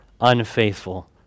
unfaithful